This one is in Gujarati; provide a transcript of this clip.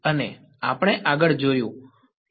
અને આપણે આગળ જોયું કે ફિલ્ડ છે